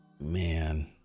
man